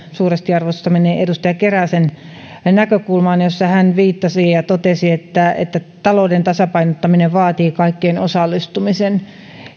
suuresti arvostamani edustaja keräsen näkökulma jossa hän totesi että että talouden tasapainottaminen vaatii kaikkien osallistumisen